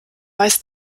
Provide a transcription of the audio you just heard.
weiß